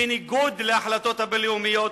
בניגוד להחלטות הבין-לאומיות.